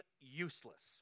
useless